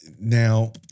Now